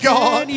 God